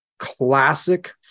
classic